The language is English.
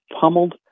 pummeled